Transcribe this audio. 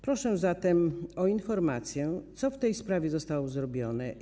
Proszę zatem o informację, co w tej sprawie zostało zrobione.